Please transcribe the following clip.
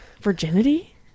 Virginity